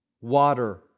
water